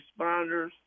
responders